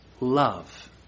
love